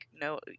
no